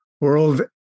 World